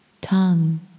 tongue